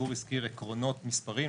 גור הזכיר עקרונות מספריים.